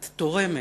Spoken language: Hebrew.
את תורמת".